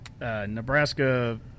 Nebraska